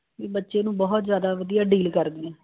ਵੀ ਬੱਚੇ ਨੂੰ ਬਹੁਤ ਜ਼ਿਆਦਾ ਵਧੀਆ ਡੀਲ ਕਰਦੇ ਨੇ